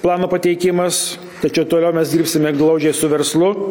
plano pateikimas tačiau toliau mes dirbsime glaudžiai su verslu